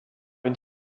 une